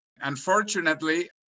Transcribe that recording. Unfortunately